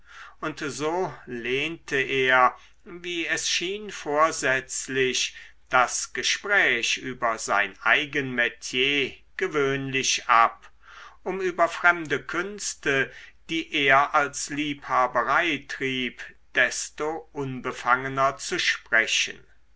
und so lehnte er wie es schien vorsätzlich das gespräch über sein eigen metier gewöhnlich ab um über fremde künste die er als liebhaberei trieb desto unbefangener zu sprechen